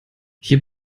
hier